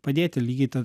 padėti lygiai ta